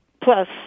plus